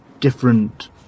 different